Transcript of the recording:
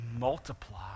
multiply